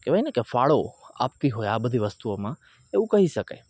કહેવાય ને કે ફાળો આપતી હોય આ બધી વસ્તુઓમાં એવું કહી શકાય